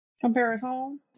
Comparison